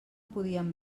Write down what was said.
podíem